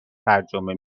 ترجمه